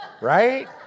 right